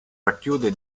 racchiude